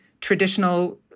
traditional